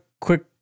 quick